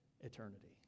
eternity